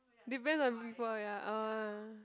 depend on people ya oh